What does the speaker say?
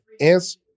answer